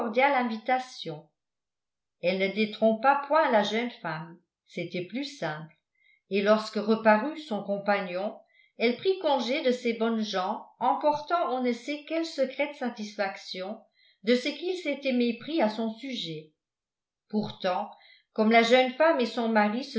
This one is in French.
invitation elle ne détrompa point la jeune femme c'était plus simple et lorsque reparu son compagnon elle prit congé de ces bonnes gens emportant on ne sait quelle secrète satisfaction de ce qu'ils s'étaient mépris à son sujet pourtant comme la jeune femme et son mari